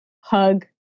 hug